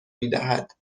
میدهد